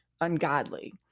ungodly